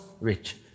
rich